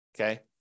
Okay